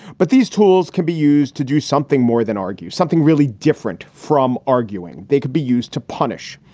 but these tools can be used to do something more than argue, something really different from arguing they could be used to punish.